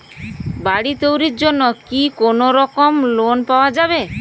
বাড়ি তৈরির জন্যে কি কোনোরকম লোন পাওয়া যাবে?